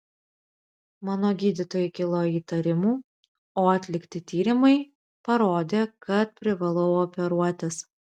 mano gydytojai kilo įtarimų o atlikti tyrimai parodė kad privalau operuotis